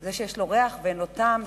זה שיש לו ריח ואין לו טעם,